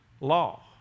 law